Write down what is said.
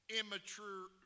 immature